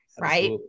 right